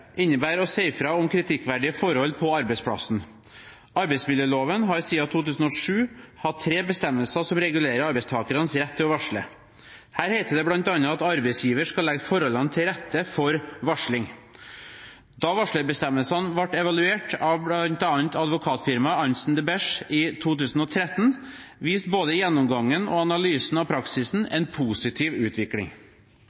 innebærer å si fra om kritikkverdige forhold på arbeidsplassen. Arbeidsmiljøloven har siden 2007 hatt tre bestemmelser som regulerer arbeidstakernes rett til å varsle. Her heter det bl.a. at arbeidsgiver skal legge forholdene til rette for varsling. Da varslerbestemmelsene ble evaluert av bl.a. advokatfirmaet Arntzen de Besche i 2013, viste både gjennomgangen og analysen av praksisen